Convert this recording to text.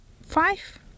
five